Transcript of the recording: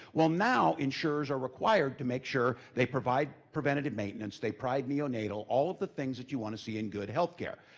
well now, insurers are required to make sure they provide preventative maintenance, they provide neonatal, all of the things that you want to see in good healthcare.